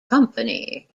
company